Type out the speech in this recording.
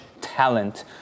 talent